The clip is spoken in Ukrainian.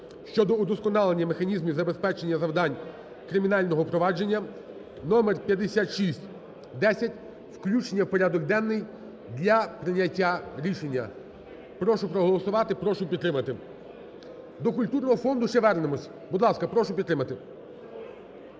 (щодо удосконалення механізмів забезпечення завдань кримінального провадження) (№ 5610) включення в порядок денний для прийняття рішення. Прошу проголосувати. Прошу підтримати. До культурного фонду ще вернемося. Будь ласка, прошу підтримати.